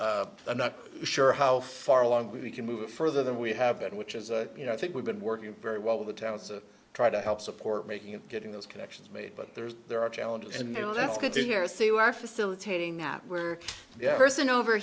desire i'm not sure how far along we can move further than we have been which is you know i think we've been working very well with the towns to try to help support making and getting those connections made but there's there are challenges and you know that's good to hear so you are facilitating that were